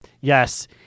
Yes